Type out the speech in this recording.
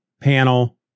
panel